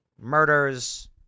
murders